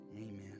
Amen